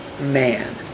man